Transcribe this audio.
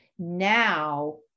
Now